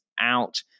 out